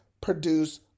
produce